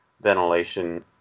ventilation